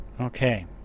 Okay